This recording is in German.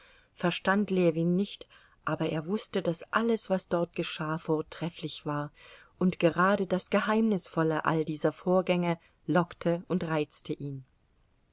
verstand ljewin nicht aber er wußte daß alles was dort geschah vortrefflich war und gerade das geheimnisvolle all dieser vorgänge lockte und reizte ihn